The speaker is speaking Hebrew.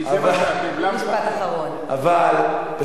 אבל,